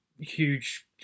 huge